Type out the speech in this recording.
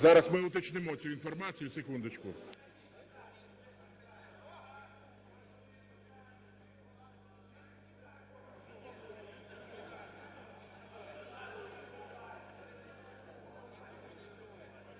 Зараз ми уточнимо цю інформацію,